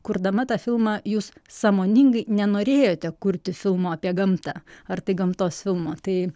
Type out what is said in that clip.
kurdama tą filmą jūs sąmoningai nenorėjote kurti filmo apie gamtą ar tai gamtos filmo tai